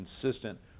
consistent